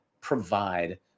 provide